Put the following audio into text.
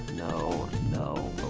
no no